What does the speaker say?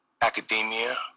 academia